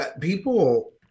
people